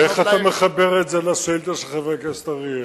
איך אתה מחבר את זה לשאילתא של חבר הכנסת אריאל?